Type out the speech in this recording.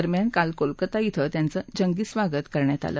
दरम्यान काल कोलकत्ता शिं त्यांचं जंगी स्वागत करण्यात आलं